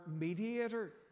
mediator